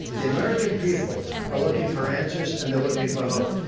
the american people are looking for answers, and they're looking for hope,